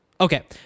Okay